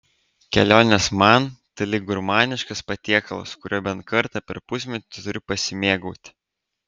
kelionės man tai lyg gurmaniškas patiekalas kuriuo bent kartą per pusmetį turiu pasimėgauti